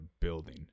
building